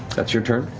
that's your turn.